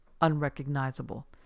unrecognizable